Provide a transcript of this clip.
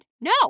No